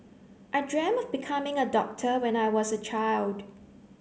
I dreamt of becoming a doctor when I was a child